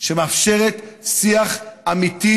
שמאפשרת שיח אמיתי.